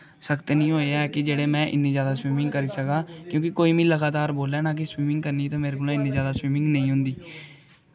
सख्त निं होए ऐ कि जेह्ड़े में इ'न्नी जादा स्विमिंग करी सकां क्योंकि कोई मिगी लगातार बोले ना कि स्विमिंग करनी ते मेरे कोला इ'न्नी जादा स्विमिंग नेईं होंदी